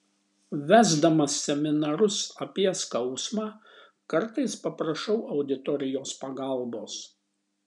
vesdamas seminarus apie skausmą kartais paprašau auditorijos pagalbos